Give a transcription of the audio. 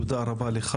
תודה רבה לך.